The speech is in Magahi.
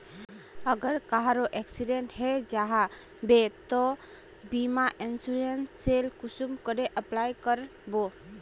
अगर कहारो एक्सीडेंट है जाहा बे तो बीमा इंश्योरेंस सेल कुंसम करे अप्लाई कर बो?